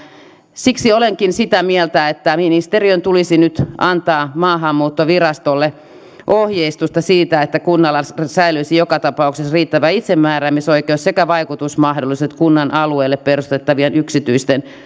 siksi olenkin sitä mieltä että ministeriön tulisi nyt antaa maahanmuuttovirastolle ohjeistusta siitä että kunnalla säilyisivät joka tapauksessa riittävä itsemääräämisoikeus sekä vaikutusmahdollisuudet kunnan alueelle perustettavien yksityisten